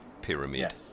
pyramid